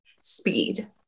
Speed